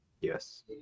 Yes